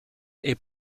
est